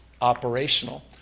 operational